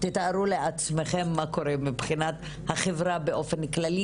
תתארו לעצמכן מה קורה מבחינת החברה באופן כללי.